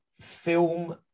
film